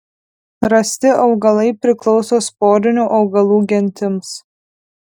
rasti augalai priklauso sporinių augalų gentims